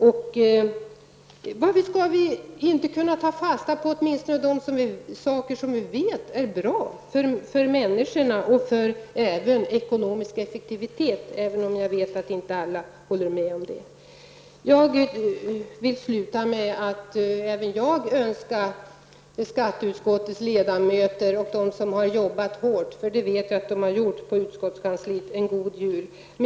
Varför kan man inte ta fasta på åtminstone det som man vet är bra för människorna och som främjar den ekonomiska effektiviteten, även om inte alla är av samma uppfattning? Jag vill avsluta med att önska skatteutskottets ledamöter och utskottskansliets personal, som har arbetat hårt, en god jul.